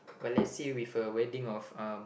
but let's say with a wedding of um